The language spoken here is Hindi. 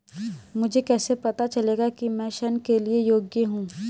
मुझे कैसे पता चलेगा कि मैं ऋण के लिए योग्य हूँ?